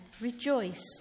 Rejoice